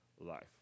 life